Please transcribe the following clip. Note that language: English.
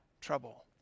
trouble